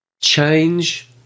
Change